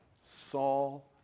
Saul